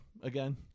again